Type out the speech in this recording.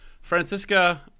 Francisca